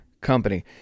Company